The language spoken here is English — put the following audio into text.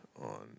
on